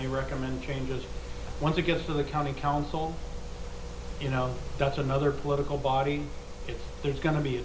they recommend changes once you get to the county council you know that's another political body there's go